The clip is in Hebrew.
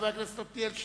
חבר הכנסת עתניאל שנלר,